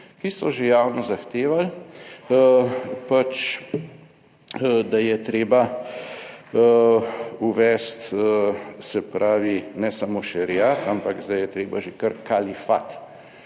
ki so že javno zahtevali, da je treba uvesti, se pravi, ne samo šeriat, ampak zdaj je treba že kar kalifat.